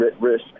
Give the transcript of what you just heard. risk